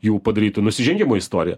jų padarytų nusižengimų istorija